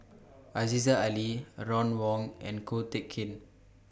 Aziza Ali Ron Wong and Ko Teck Kin